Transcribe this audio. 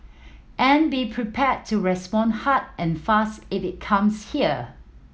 and be prepared to respond hard and fast it comes here